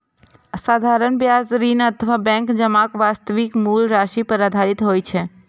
साधारण ब्याज ऋण अथवा बैंक जमाक वास्तविक मूल राशि पर आधारित होइ छै